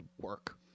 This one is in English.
work